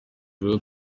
rero